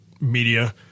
media